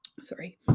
Sorry